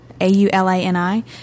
A-U-L-A-N-I